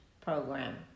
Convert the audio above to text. program